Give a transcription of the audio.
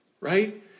Right